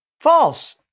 False